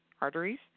arteries